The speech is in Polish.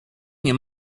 nie